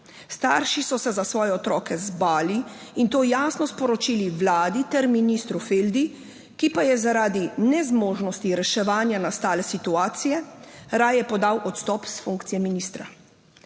Starši so se za svoje otroke zbali in to jasno sporočili vladi ter ministru Feldi, ki pa je zaradi nezmožnosti reševanja nastale situacije raje podal odstop s funkcije ministra.